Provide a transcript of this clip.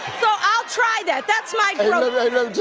so i'll try that, that's my growth